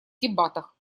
дебатах